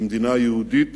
כמדינה יהודית